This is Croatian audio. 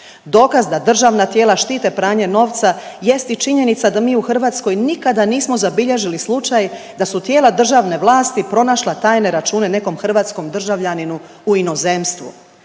Dokaz da državna tijela štite pranje novca jest i činjenica da mi u Hrvatskoj nikada nismo zabilježili slučaj da su tijela državne vlasti pronašla tajne račune nekom hrvatskom državljaninu u inozemstvu.